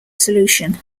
solution